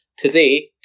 Today